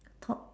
thought